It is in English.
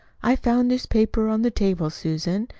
i found this paper on the table, susan.